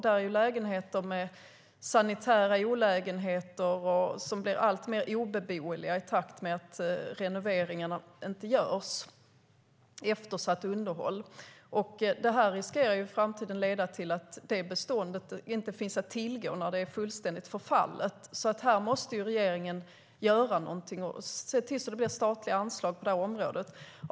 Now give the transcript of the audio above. Det finns lägenheter som har sanitära olägenheter och som blir alltmer obeboeliga eftersom underhållet är eftersatt och renoveringarna inte görs. Det här riskerar i framtiden att leda till att detta bestånd inte finns att tillgå därför att det är fullständigt förfallet. Regeringen måste göra någonting och se till att det tillkommer statliga anslag på det här området.